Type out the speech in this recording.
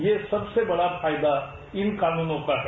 ये सबसे बड़ा फायदा इन कानूनों का है